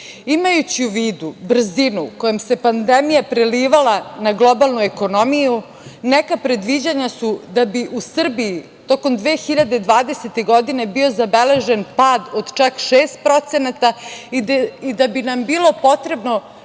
snage. Imajući u vidu brzinu kojom se pandemija prelivala na globalnu ekonomiju neka predviđanja su da bi u Srbiji tokom 2020. godine bio zabeležen pad od čak 6% i da bi nam bilo potrebno